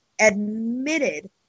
admitted